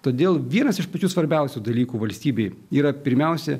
todėl vienas iš pačių svarbiausių dalykų valstybei yra pirmiausia